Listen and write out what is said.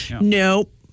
Nope